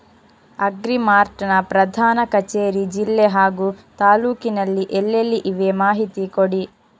Agri mart ನ ಪ್ರಧಾನ ಕಚೇರಿ ಜಿಲ್ಲೆ ಹಾಗೂ ತಾಲೂಕಿನಲ್ಲಿ ಎಲ್ಲೆಲ್ಲಿ ಇವೆ ಮಾಹಿತಿ ಕೊಡಿ?